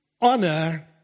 honor